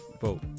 vote